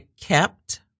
kept